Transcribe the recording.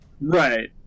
Right